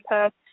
Perth